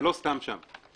זה לא סתם שם.